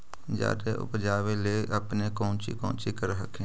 जादे उपजाबे ले अपने कौची कौची कर हखिन?